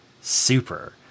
super